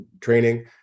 training